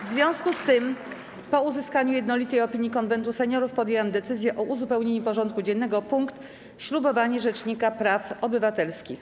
W związku z tym, po uzyskaniu jednolitej opinii Konwentu Seniorów, podjęłam decyzję o uzupełnieniu porządku dziennego o punkt: Ślubowanie Rzecznika Praw Obywatelskich.